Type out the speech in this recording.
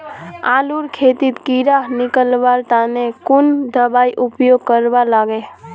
आलूर खेतीत कीड़ा निकलवार तने कुन दबाई उपयोग करवा लगे?